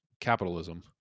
capitalism